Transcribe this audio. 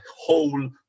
whole